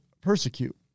Persecute